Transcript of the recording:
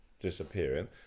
disappearing